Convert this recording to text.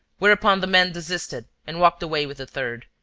whereupon the men desisted and walked away with the third.